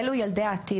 אלו ילדי העתיד,